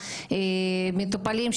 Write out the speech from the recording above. איך מגיעים לאנשים ומתי?